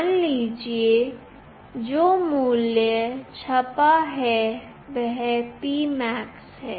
मान लीजिए जो मूल्य छपा है वह P max है